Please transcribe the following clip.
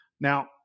Now